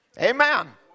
Amen